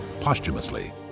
posthumously